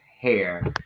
hair